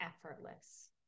effortless